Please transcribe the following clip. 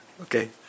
okay